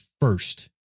first